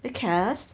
because